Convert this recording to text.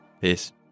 Peace